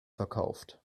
verkauft